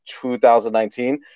2019